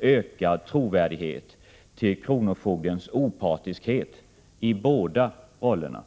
ökad trovärdighet skapats för kronofogdens opartiskhet i båda rollerna.